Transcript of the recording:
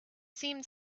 seemed